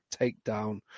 takedown